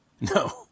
no